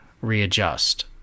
readjust